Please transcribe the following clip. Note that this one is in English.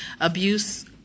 Abuse